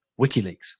WikiLeaks